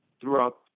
throughout